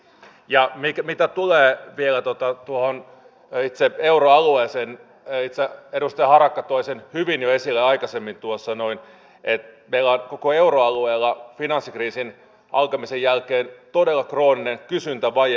ja mitä tulee vielä itse euroalueeseen edustaja harakka toi hyvin esille jo aikaisemmin sen että meillä on koko euroalueella finanssikriisin alkamisen jälkeen todella krooninen kysyntävaje